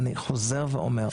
אני חוזר ואומר,